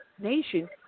nation